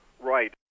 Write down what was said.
Right